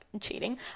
cheating